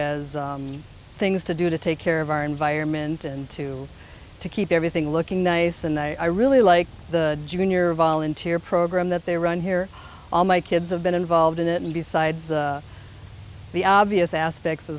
as things to do to take care of our environment and to to keep everything looking nice and i really like the junior volunteer program that they run here all my kids have been involved in it and besides the obvious aspects